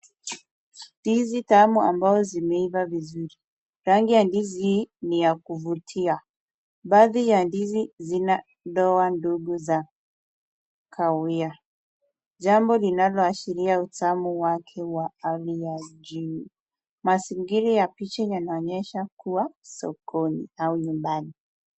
Ndizi tamu ambao zimeiva vizuri, rangi ya ndizi hii ni ya kufutia, Baadhi ya ndizi zinatoa ndizi ya Kawia, jambo linaloashiria utamu wake wa hali ya juu, mazingira ya picha yanaonyesha kuwa sokoni au nyumbani.